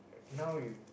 now you